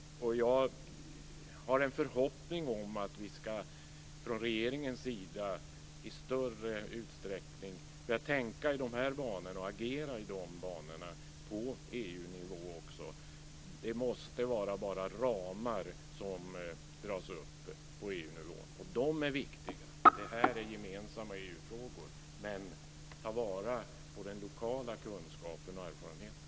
Jag har en förhoppning om att regeringen i större utsträckning ska börja tänka och agera i de här banorna också på EU-nivå. Det måste vara så att bara ramarna dras upp på EU-nivån. De är viktiga. Det här är gemensamma EU-frågor. Men ta vara på den lokala kunskapen och erfarenheten!